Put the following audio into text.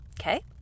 Okay